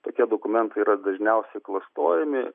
tokie dokumentai yra dažniausiai klastojami